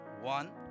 One